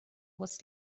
was